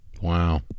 Wow